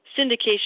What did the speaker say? syndication